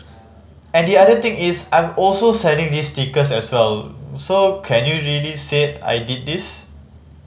and the other thing is I'm also selling these stickers as well so can you really say I did these